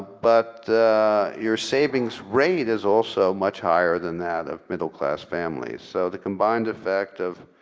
but your savings rate is also much higher than that of middle class families. so the combined effect of